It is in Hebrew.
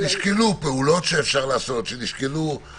אני יודע שלפעמים צריך לשים אצבע על כפתור שהוא כפתור אדום.